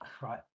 right